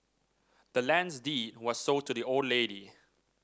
the land's deed was sold to the old lady